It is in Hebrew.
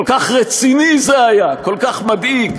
כל כך רציני זה היה, כל כך מדאיג.